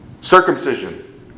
Circumcision